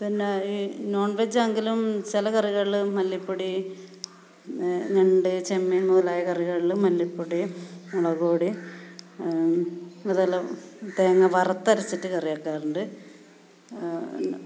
പിന്നെ ഈ നോൺ വെജാങ്കിലും ചില കറികളിൽ മല്ലിപ്പൊടി ഞണ്ട് ചെമ്മീൻ മുതലായ കറികളിലും മല്ലിപ്പൊടി മുളക് പൊടി അതെല്ലാം തേങ്ങ വറത്തരച്ചിട്ട് കറിയാക്കാറുണ്ട്